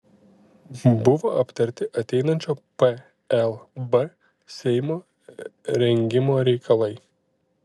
buvo aptarti ateinančio plb seimo rengimo reikalai